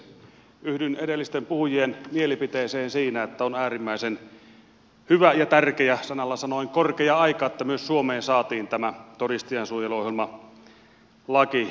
yhdyn edellisten puhujien mielipiteeseen siinä että on äärimmäisen hyvä ja tärkeä sanalla sanoen korkea aika että myös suomeen saatiin todistajansuojeluohjelmalaki